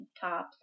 tops